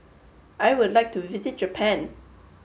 I would like to visit Japan